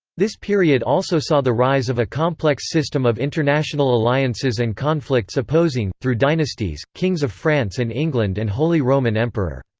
this period also saw the rise of a complex system of international alliances and conflicts opposing, through dynasties, kings of france and england and holy roman emperor.